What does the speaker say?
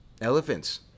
Elephants